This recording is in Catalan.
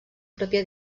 pròpia